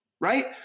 right